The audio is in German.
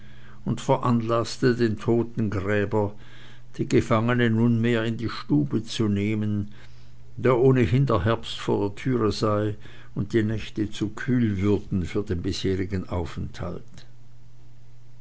und veranlaßte den totengräber die gefangene nunmehr in die stube zu nehmen da ohnehin der herbst vor der türe sei und die nächte zu kühl würden für den bisherigen aufenthalt